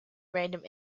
random